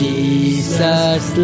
Jesus